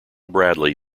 bradley